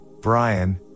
Brian